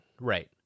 Right